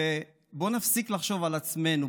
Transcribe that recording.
בואו נפסיק לחשוב על עצמנו.